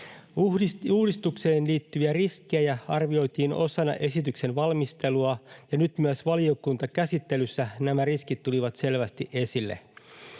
Uudistukseen liittyviä riskejä arvioitiin osana esityksen valmistelua, ja nyt myös valiokuntakäsittelyssä nämä riskit tulivat selvästi esille.